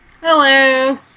Hello